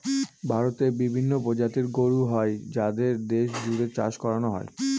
ভারতে বিভিন্ন প্রজাতির গরু হয় যাদের দেশ জুড়ে চাষ করানো হয়